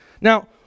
Now